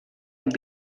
amb